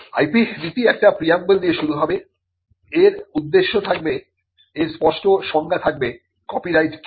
IP নীতি একটি preamble দিয়ে শুরু হবে এর উদ্দেশ্য থাকবে এর স্পষ্ট সংজ্ঞা থাকবে কপিরাইট কি